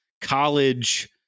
college